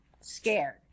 scared